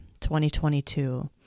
2022